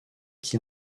qui